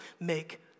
make